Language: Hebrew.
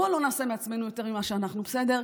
בואו לא נעשה מעצמנו יותר ממה שאנחנו, בסדר?